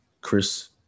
Chris